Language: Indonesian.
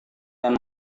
dan